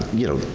you know,